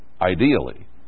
ideally